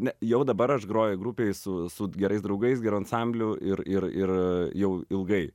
ne jau dabar aš groju grupėj su su gerais draugais geru ansambliu ir ir ir jau ilgai